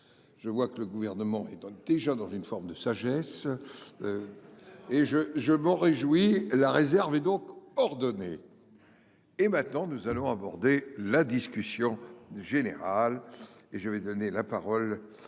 Je vois que le gouvernement étant déjà dans une forme de sagesse. Et je je m'en réjouis. La réserve et donc ordonné. Et maintenant, nous allons aborder la discussion générale et je vais donner la parole en